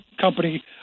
company